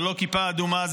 זו לא כיפה אדומה,